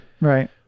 Right